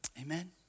Amen